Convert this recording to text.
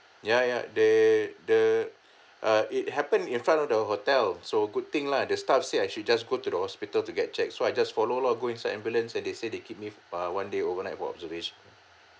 ya ya they the uh it happen in front of the hotel so good thing lah the staff said I should just go to the hospital to get check so I just follow loh go inside ambulance and they said they keep me ah one day overnight for observation